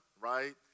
right